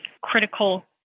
critical